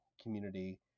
community